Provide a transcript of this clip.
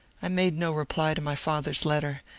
i made no reply to my father's letter,